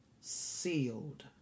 sealed